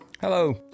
Hello